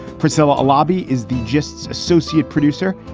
priscilla lobby is the justs associate producer.